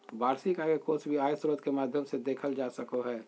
वार्षिक आय के कोय भी आय स्रोत के माध्यम से देखल जा सको हय